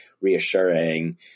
reassuring